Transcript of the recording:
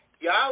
Y'all